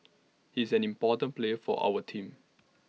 he's an important player for our team